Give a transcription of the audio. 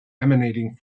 emanating